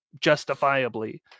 justifiably